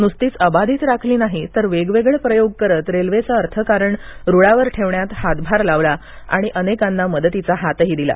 नुसतीच अबाधित राखली नाही तर वेगवेगळे प्रयोग करत रेल्वेचं अर्थकारण रुळावर ठेवण्यात हातभार लावला आणि अनेकांना मदतीचा हातही दिला